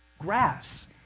grass